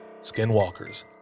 skinwalkers